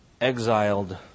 exiled